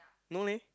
no leh